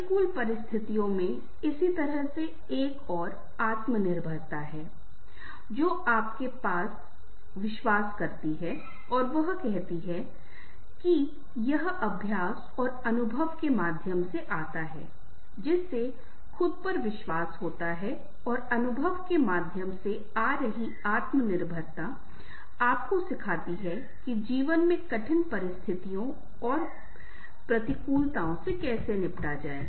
प्रतिकूल परिस्थितियों में इसी तरह से एक और आत्मनिर्भरता है जो अपने आप में विश्वास करता है और वह कहता है कि यह अभ्यास और अनुभव के माध्यम से आता है जिससे खुद पर विश्वास होता है और अनुभव के माध्यम से आ रही आत्म निर्भरता आपको सिखाती है कि जीवन में कठिन परिस्थितियों और प्रतिकूलताओं से कैसे निपटें